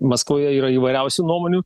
maskvoje yra įvairiausių nuomonių